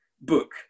book